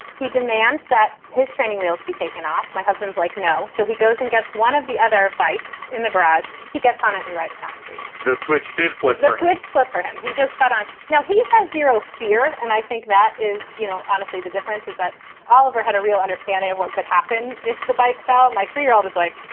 he demands demands that his training wheels be taken off. my husband's like, no. so he goes and gets one of the other bikes in the garage. he gets on it. he rides down the street. the switch dude flipped. the switch flipped for him. he just got on. now he has zero fear. and i think that is, you know, honestly, the difference is that oliver had a real understanding of what could happen if the bike fell. my three year old is like,